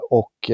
och